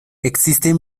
existen